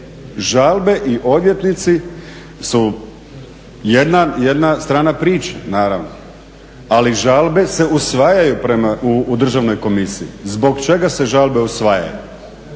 žalbe i odvjetnici su jedna strana priče, naravno, ali žalbe se usvajaju u državnoj komisiji. Zbog čega se žalbe usvajaju?